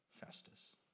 Festus